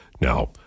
Now